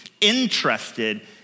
interested